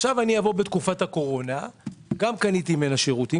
בתקופת הקורונה גם קניתי ממנה שירותים.